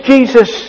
Jesus